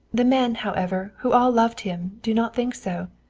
the men, however, who all loved him, do not think so.